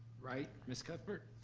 right, miss cuthbert?